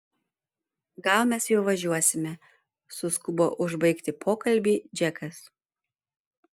gal mes jau važiuosime suskubo užbaigti pokalbį džekas